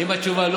אני לא חדש.